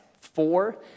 Four